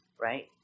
right